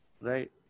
right